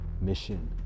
mission